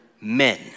men